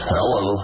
Hello